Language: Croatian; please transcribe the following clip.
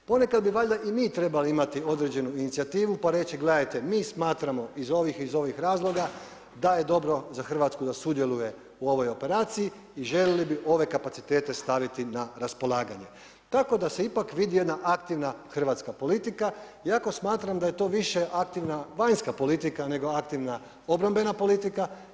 Ponekad bi valjda i mi trebali imati određenu inicijativu pa reći: „Gledajte mi smatramo iz ovih iz ovih razloga da je dobro za Hrvatsku da sudjeluje u ovoj operaciji i željeli bi ove kapacitete staviti na raspolaganje, tako da se ipak vidi jedna aktivna hrvatska politika, iako smatram da je to više aktivna vanjska politika nego aktivna obrambena politika.